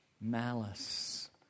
malice